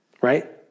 Right